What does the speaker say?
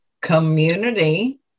community